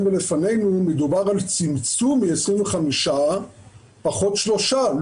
ולפנינו מדובר על צמצום מ-25 פחות שלושה.